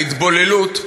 ההתבוללות,